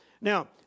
Now